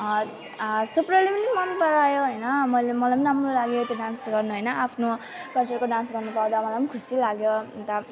थुप्रोले पनि मन परायो हैन मैले मलाई पनि राम्रो लाग्यो त्यो डान्स गर्न हैन आफ्नो कल्चरको डान्स गर्नु त अझ मलाई पनि खुसी लाग्यो अनि त